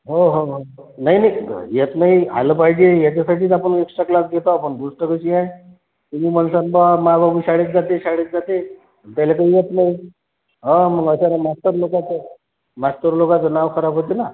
हो हो हो नाही नाही येत नाही आलं पाहिजे याच्यासाठीच आपण एक्स्ट्रा क्लास घेत आहो पण गोष्ट अशी आहे तुम्ही म्हणसाल बा माझं हुशार आहे शाळेत जाते शाळेत जाते त्याला काही येत नाही हो मग अशानं मास्तर लोकांचं मास्तर लोकांचं नाव खराब होतं ना